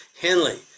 henley